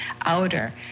outer